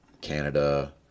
Canada